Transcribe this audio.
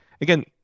again